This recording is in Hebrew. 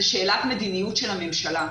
זו שאלת מדיניות של הממשלה.